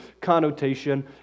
connotation